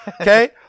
Okay